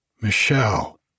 Michelle